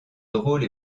drôle